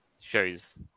shows